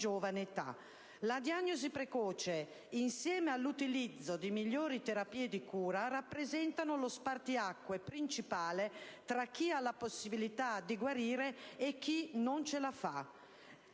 La diagnosi precoce, insieme all'utilizzo di migliori terapie di cura, rappresentano lo spartiacque principale tra chi ha la possibilità di guarire e chi non ce la fa.